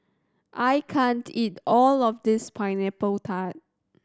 I can't eat all of this Pineapple Tart